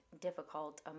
difficult